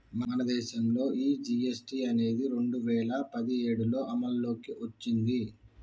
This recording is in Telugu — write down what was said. మన దేసంలో ఈ జీ.ఎస్.టి అనేది రెండు వేల పదిఏడులో అమల్లోకి ఓచ్చింది